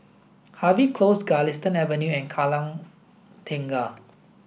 Harvey Close Galistan Avenue and Kallang Tengah